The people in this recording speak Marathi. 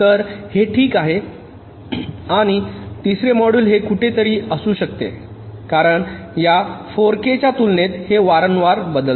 तर हे ठीक आहे आणि तिसरे मॉड्यूल हे कुठेतरी असू शकते कारण या 4 के च्या तुलनेत हे वारंवार मिळते